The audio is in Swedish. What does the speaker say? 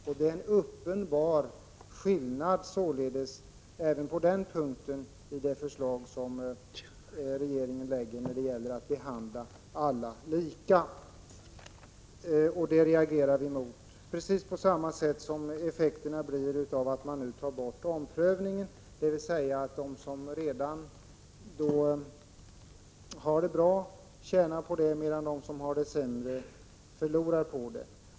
Det är således en uppenbar skillnad även på den punkten mellan regeringens och centerpartiets förslag när det gäller att behandla alla lika. Regeringen gör inte det, och därför reagerar vi. Det blir precis samma effekter när omprövningen nu tas bort, dvs. de som redan har det bra tjänar på det medan de som har det sämre förlorar.